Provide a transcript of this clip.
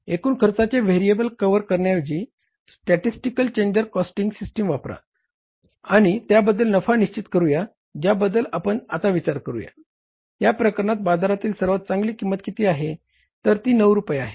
एकूण खर्चाचे variable cover करण्याऐवजी स्टॅटिस्टिकल चेंजर कॉस्टिंग सिस्टम वापरा पाहूया आणि त्याबद्दल नफा निश्चित करूया ज्याबद्दल आपण आता विचार करूया या प्रकरणात बाजारात सर्वात चांगली किंमत किती आहे तर ती 9 रुपये आहे